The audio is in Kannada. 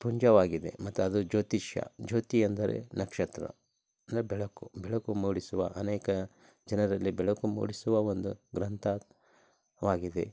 ಪುಂಜವಾಗಿದೆ ಮತ್ತು ಅದು ಜ್ಯೋತಿಷ್ಯ ಜ್ಯೋತಿ ಅಂದರೆ ನಕ್ಷತ್ರ ಅಂದರೆ ಬೆಳಕು ಬೆಳಕು ಮೂಡಿಸುವ ಅನೇಕ ಜನರಲ್ಲಿ ಬೆಳಕು ಮೂಡಿಸುವ ಒಂದು ಗ್ರಂಥ ವಾಗಿದೆ